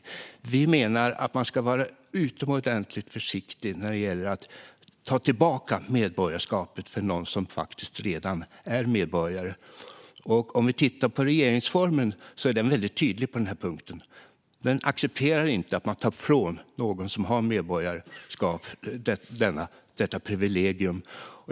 Vi menar att man ska vara utomordentligt försiktig när det gäller att ta tillbaka medborgarskapet för någon som redan är medborgare. Om vi tittar på regeringsformen ser vi att den är väldigt tydlig på denna punkt. Den accepterar inte att man fråntar någon som har medborgarskap detta privilegium.